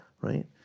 right